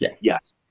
yes